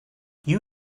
you